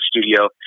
studio